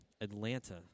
Atlanta